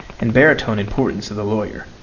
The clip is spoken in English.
and baritone importance of the lawyer,